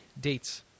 dates